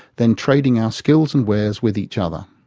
then trading our skills and wares with each other.